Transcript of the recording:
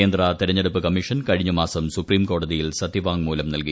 കേന്ദ്ര തെരഞ്ഞെടുപ്പ് കമ്മീഷൻ കഴിഞ്ഞമാസം സുപ്രീംകോടതിയിൽ സത്യവാങ്മൂലം നൽകി